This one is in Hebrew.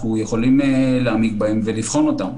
אנחנו יכולים להעמיק בהן ולבחון אותן.